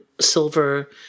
silver